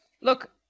Look